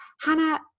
Hannah